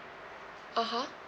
(uh huh)